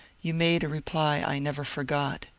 you made a reply i never forgot.